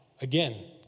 again